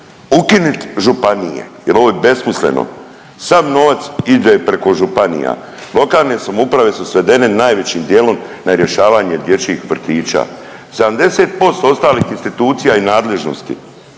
Ukinit županije jer ovo je besmisleno, sav novac ide preko županija. Lokalne samouprave su svedene najvećim dijelom na rješavanje dječjih vrtića. 70% ostalih institucija i nadležnosti,